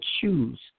choose